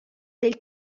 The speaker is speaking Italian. del